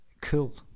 cool